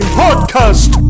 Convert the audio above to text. podcast